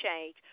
change